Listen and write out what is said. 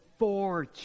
four